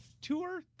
tour